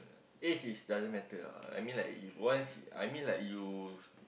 age is doesn't matter ah I mean like once I mean like you